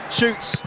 shoots